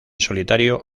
solitario